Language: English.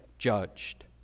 judged